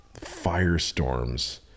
firestorms